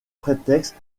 prétexte